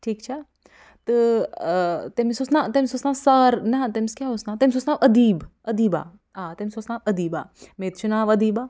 ٹھیٖک چھا تہٕ تٔمِس اوس نہَ تٔمِس اوس ناو سار نہَ تٔمِس کیٛاہ اوس ناو تٔمِس اوس ناو أدیٖب أدیٖبہ آ تٔمِس اوس ناو أدیٖبہ مےٚ تہِ چھُ ناو أدیٖبہ